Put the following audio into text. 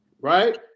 Right